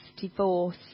divorce